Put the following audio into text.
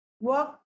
work